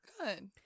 Good